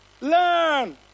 Learn